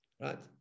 Right